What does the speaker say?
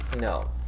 No